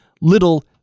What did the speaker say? little